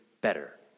better